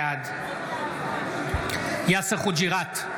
בעד יאסר חוג'יראת,